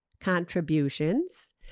contributions